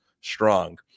strong